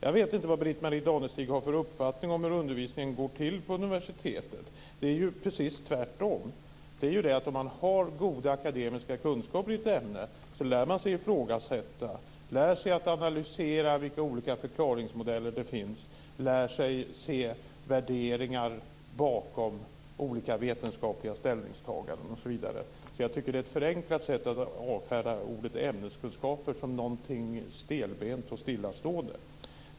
Jag vet inte vilken uppfattning Britt-Marie Danestig har om hur undervisning på universitet går till. Det är ju precis tvärtom. Om man har goda akademiska kunskaper i ett ämne lär man sig att ifrågasätta och att analysera de olika förklaringsmodeller som finns. Man lär sig också att se värderingar bakom olika vetenskapliga ställningstaganden osv. Jag tycker alltså att det är att förenkla det hela när man avfärdar ordet ämneskunskaper som någonting stelbent och stillastående.